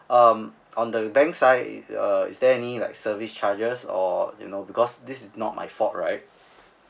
um on the bank side uh is there any like service charges or you know because this is not my fault right